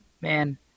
Man